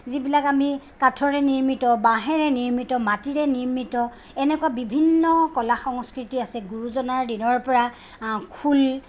যিবিলাক আমি কাঠেৰে নিৰ্মিত বাঁহেৰে নিৰ্মিত মাটিৰে নিৰ্মিত এনেকুৱা বিভিন্ন কলা সংস্কৃতি আছে গুৰুজনাৰ দিনৰ পৰা খোল